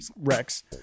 Rex